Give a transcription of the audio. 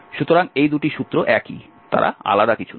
সুতরাং এই দুটি সূত্র একই তারা আলাদা নয়